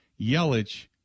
Yelich